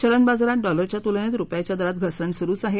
चलन बाजारातही डॉलरच्या तुलनेत रुपयाच्या दरात घसरण सुरु आहे